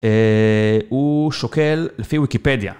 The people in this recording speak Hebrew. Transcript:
אה.. הוא שוקל לפי ויקיפדיה.